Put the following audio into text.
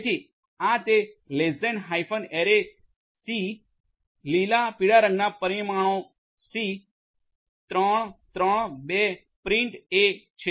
જેથી આ તે less than hyphen array C લીલા પીળા રંગના પરિમાણો સી 3 3 2 પ્રિન્ટ એ છે